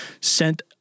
sent